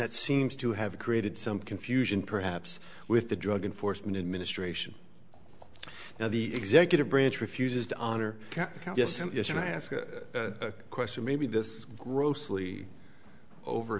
that seems to have created some confusion perhaps with the drug enforcement administration now the executive branch refuses to honor cataclysms yes and i ask a question maybe this is grossly over